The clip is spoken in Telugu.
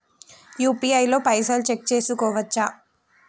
యూ.పీ.ఐ తో పైసల్ చెక్ చేసుకోవచ్చా?